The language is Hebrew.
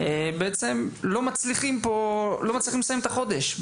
לא מצליחים לסיים את החודש.